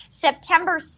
September